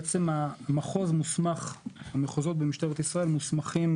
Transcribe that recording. בעצם המחוזות במשטרת ישראל מוסמכים